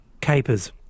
capers